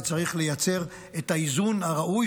וצריך לייצר את האיזון הראוי,